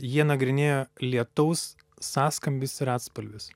jie nagrinėjo lietaus sąskambis ir atspalvis